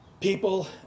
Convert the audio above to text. people